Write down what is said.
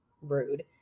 rude